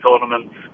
tournaments